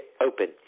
open